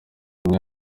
umwe